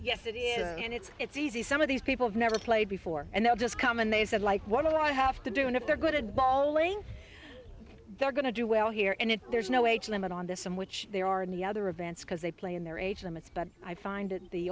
yes it is and it's it's easy some of these people have never played before and they'll just come and they said like one of the i have to do and if they're good at ball lane they're going to do well here and if there's no age limit on this i'm which there are any other events because they play in their age limits but i find that the